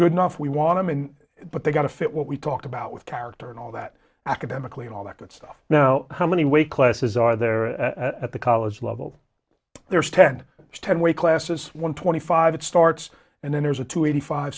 good enough we want to but they've got to fit what we talked about with character and all that academically and all that good stuff now how many weight classes are there at the college level there's ten ten weight classes one twenty five it starts and then there's a two eighty five